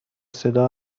صدا